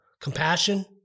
compassion